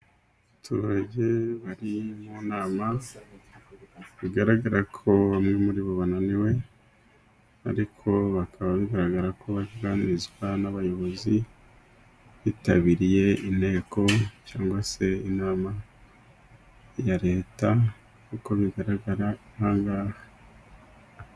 Abaturage bari mu nama, bigaragara ko bamwe muri bo bananiwe, ariko bakaba bigaragara ko baganirizwa n'abayobozi, bitabiriye inteko cyangwa se inama ya Leta, uko bigaragara aha ngaha.